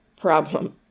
problem